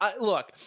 Look